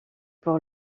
pour